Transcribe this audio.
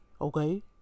Okay